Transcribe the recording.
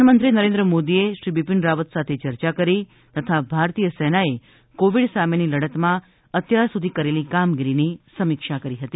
પ્રધાનમંત્રી નરેન્દ્ર મોદીએ શ્રી બીપીન રાવત સાથે ચર્ચા કરી હતી તથા ભારતીય સેનાએ કોવિડ સામેની લડતમાં અત્યાર સુધી કરેલી કામગીરીની સમીક્ષા કરી હતી